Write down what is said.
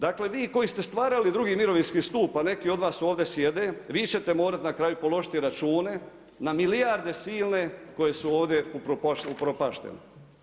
Dakle vi koji ste stvarali II. mirovinski stup a neki od vas ovdje sjede, vi ćete morati na kraju položiti račune na milijarde silne koje su ovdje upropaštene.